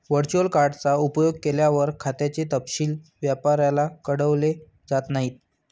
virtual card चा उपयोग केल्यावर, खात्याचे तपशील व्यापाऱ्याला कळवले जात नाहीत